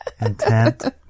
intent